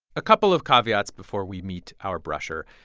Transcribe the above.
a couple of caveats before we meet our brusher.